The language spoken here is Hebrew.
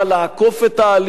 לעקוף את ההליך,